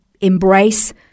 embrace